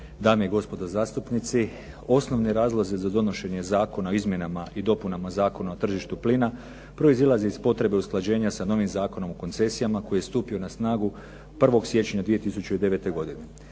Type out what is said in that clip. Dame i gospodo zastupnici. Osnovni razlozi za donošenje zakona o izmjenama i dopunama Zakona o tržištu plina proizlazi iz potrebe usklađenja sa novim Zakonom o koncesijama koji je stupio na snagu 1. siječnja 2009. godine.